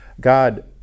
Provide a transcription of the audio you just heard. God